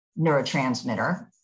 neurotransmitter